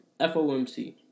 FOMC